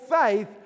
faith